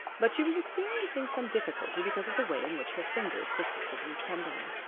but she was experiencing some difficulty because of the way in which her fingers persisted in trembling.